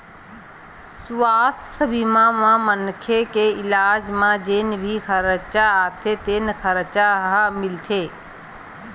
सुवास्थ बीमा म मनखे के इलाज म जेन भी खरचा आथे तेन खरचा ह मिलथे